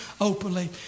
openly